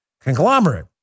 conglomerate